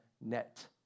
net